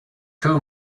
too